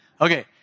Okay